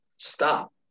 Stop